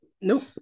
nope